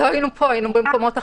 לא היינו פה, היינו במקומות אחרים.